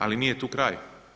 Ali nije tu kraj.